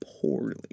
poorly